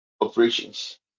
operations